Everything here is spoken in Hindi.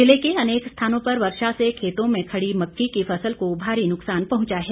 जिले के अनेक स्थानों पर वर्षा से खेतों में खड़ी मक्की की फसल को भारी नुकसान पहंचा है